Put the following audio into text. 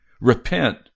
Repent